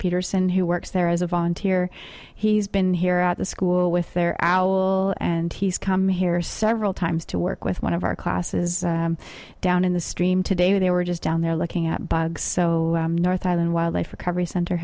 peterson who works there as a volunteer he's been here at the school with their our will and he's come here several times to work with one of our classes down in the stream today they were just down there looking at bugs so north island wildlife recovery center